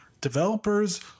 developers